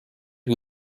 who